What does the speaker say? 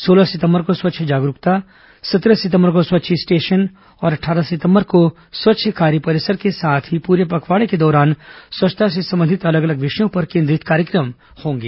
सोलह सितंबर को स्वच्छ जागरूकता सत्रह सितंबर को स्वच्छ स्टेशन और अट्ठारह सितंबर को स्वच्छ कार्य परिसर के साथ ही पूरे पखवाड़े के दौरान स्वच्छता से संबंधित अलग अलग विषयों पर केंद्रित कार्यक्रम आयोजित होंगे